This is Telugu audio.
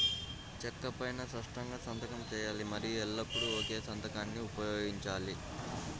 చెక్కు పైనా స్పష్టంగా సంతకం చేయాలి మరియు ఎల్లప్పుడూ ఒకే సంతకాన్ని ఉపయోగించాలి